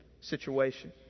situation